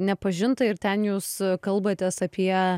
nepažinta ir ten jūs kalbatės apie